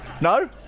No